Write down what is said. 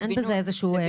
אין בזה איזשהו,